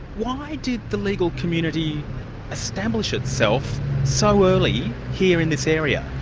why did the legal community establish itself so early here in this area?